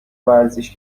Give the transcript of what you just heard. ورزش